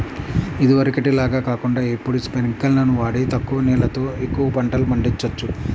ఇదివరకటి లాగా కాకుండా ఇప్పుడు స్పింకర్లును వాడి తక్కువ నీళ్ళతో ఎక్కువ పంటలు పండిచొచ్చు